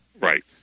Right